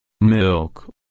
Milk